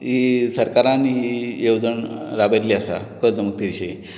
ही सरकारान ही योवजण राबयिल्ली आसा कर्ज मुक्ती विशीं